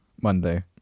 Monday